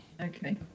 Okay